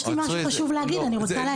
יש לי משהו חשוב להגיד, אני רוצה להגיד.